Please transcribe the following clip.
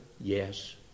yes